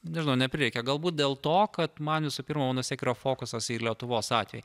nežinau neprireikė galbūt dėl to kad man visų pirma mano vis tiek yra fokusas į lietuvos atvejį